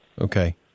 Okay